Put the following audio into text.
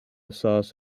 sauce